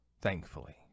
thankfully